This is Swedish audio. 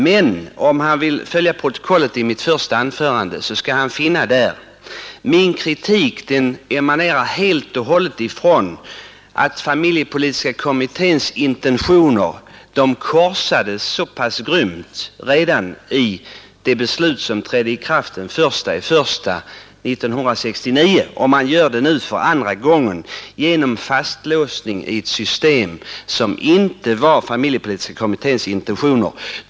Men om han vill läsa mitt första anförande i protokollet skall han finna att min kritik helt och hållet emanerar från att familjepolitiska kommitténs intentioner krossades så grymt redan i det beslut som trädde i kraft den 1 januari 1969 och från att det nu sker för andra gången genom fastlåsning i ett system som inte var familjepolitiska kommitténs intentioner.